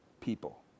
people